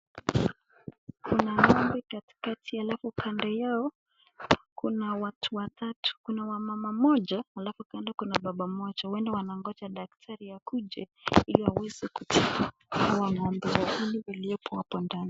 Kuna ng'ombe katikati alafu kando yao kuna watu watatu, kuna mama moja, alafu kando kuna baba moja, uenda wanangoja daktari akuje ili waweze kutibu ng'ombe yao iliopo hapo ndani.